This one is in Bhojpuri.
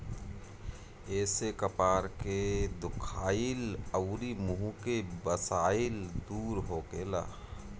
एसे कपार के दुखाइल अउरी मुंह के बसाइल दूर होखेला